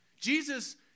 Jesus